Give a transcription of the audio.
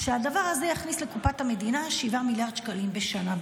שהדבר הזה יכניס לקופת המדינה שבעה מיליארד שקלים בשנה,